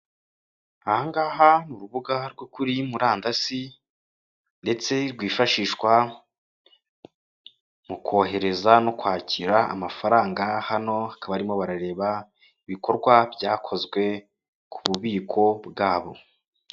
Aha ngaha ni urubuga rwo kuri murandasi ndetse rwifashishwa mu kohereza no kwakira amafaranga, hano bakaba barimo barareba ibikorwa byakozwe ku bubiko bwabo.